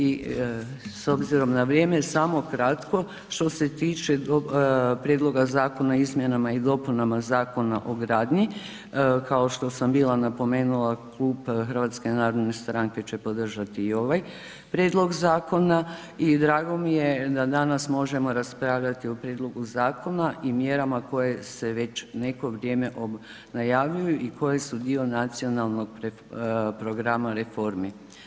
I s obzirom na vrijeme, samo kratko, što se tiče Prijedloga zakona o Izmjenama i dopunama Zakona o gradnji, kao što sam bila napomenula, Klub HNS-a će podržati i ovaj prijedlog zakona i drago mi je da danas možemo raspravljati o prijedlogu zakona i mjerama koje se već neko vrijeme najavljuju i koje su dio nacionalnog programa reformi.